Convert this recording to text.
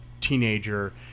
teenager